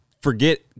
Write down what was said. forget